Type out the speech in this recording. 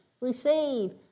receive